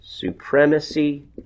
Supremacy